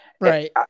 Right